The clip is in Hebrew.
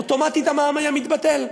אוטומטית המע"מ היה מתבטל,